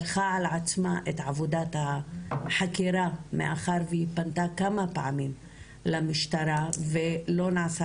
לקחה על עצמה את עבודת החקירה מאחר שהיא פנתה כמה פעמים למשטרה ולא נעשה